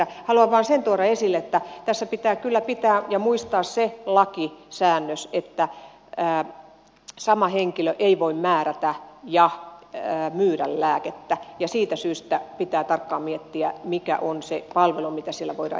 haluan vain sen tuoda esille että tässä pitää kyllä muistaa se lakisäännös että sama henkilö ei voi määrätä ja myydä lääkettä ja siitä syystä pitää tarkkaan miettiä mikä on se palvelu mitä siellä voidaan järjestää